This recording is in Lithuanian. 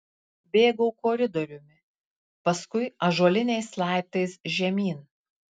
bėgau koridoriumi paskui ąžuoliniais laiptais žemyn